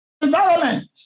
environment